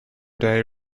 day